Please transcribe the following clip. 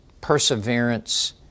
perseverance